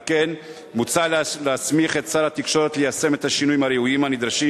על כן מוצע להסמיך את שר התקשורת ליישם את השינויים הראויים הנדרשים